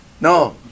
No